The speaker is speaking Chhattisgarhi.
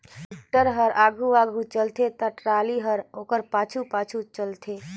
टेक्टर हर आघु आघु रहथे ता टराली हर ओकर पाछू पाछु चलथे